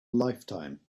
lifetime